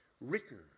written